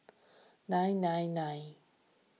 nine nine nine